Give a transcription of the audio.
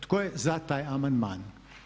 Tko je za taj amandman?